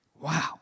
Wow